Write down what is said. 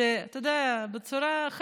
שאתה יודע, בצורת,